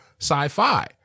sci-fi